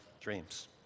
dreams